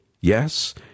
Yes